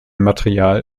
material